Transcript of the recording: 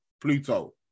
Pluto